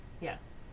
Yes